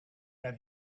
that